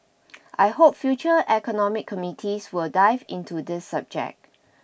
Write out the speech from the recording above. I hope future economic committees will dive into this subject